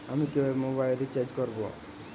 আমি কিভাবে mobile recharge করব?